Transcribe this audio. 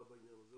בעניין הזה.